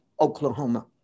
Oklahoma